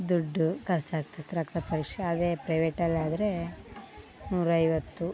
ದುಡ್ಡು ಖರ್ಚ್ ಆಗ್ತಾತದು ರಕ್ತ ಪರೀಕ್ಷೆ ಅದೇ ಪ್ರೈವೇಟಲ್ಲಿ ಆದರೆ ನೂರ ಐವತ್ತು